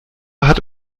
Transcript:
hat